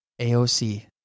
AOC